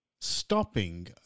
stopping